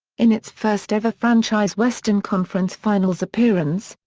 in its first-ever franchise western conference finals appearance,